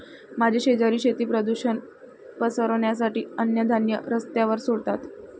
माझे शेजारी शेती प्रदूषण पसरवण्यासाठी अन्नधान्य रस्त्यावर सोडतात